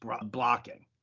blocking